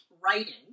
writing